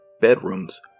bedrooms